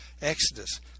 Exodus